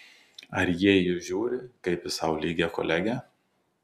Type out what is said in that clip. ar jie į jus žiūri kaip į sau lygią kolegę